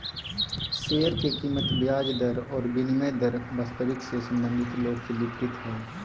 share के कीमत ब्याज दर और विनिमय दर वास्तविक से संबंधित लोग के विपरीत हइ